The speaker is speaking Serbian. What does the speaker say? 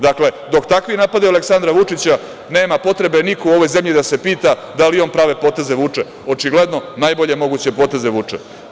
Dakle, dok takvi napadaju Aleksandra Vučića, nema potrebe niko u ovoj zemlji da se pita da li i on prave poteze vuče, očigledno najbolje moguće poteze vuče.